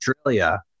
Australia